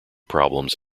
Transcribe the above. problems